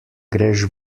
greš